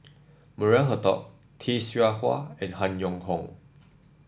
Maria Hertogh Tay Seow Huah and Han Yong Hong